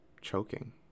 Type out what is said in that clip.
choking